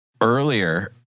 earlier